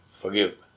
forgive